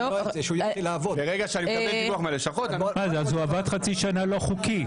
הוא עבד חצי שנה לא חוקי.